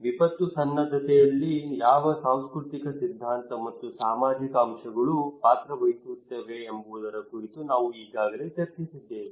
ವಿಪತ್ತು ಸನ್ನದ್ಧತೆಯಲ್ಲಿ ಯಾವ ಸಾಂಸ್ಕೃತಿಕ ಸಿದ್ಧಾಂತ ಮತ್ತು ಸಾಮಾಜಿಕ ಅಂಶಗಳು ಪಾತ್ರವಹಿಸುತ್ತವೆ ಎಂಬುದರ ಕುರಿತು ನಾವು ಈಗಾಗಲೇ ಚರ್ಚಿಸಿದ್ದೇವೆ